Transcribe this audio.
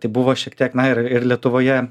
tai buvo šiek tiek na ir ir lietuvoje